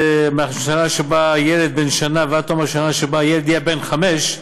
מהשנה שבה הילד בן שנה ועד תום השנה שבה הילד בן חמש,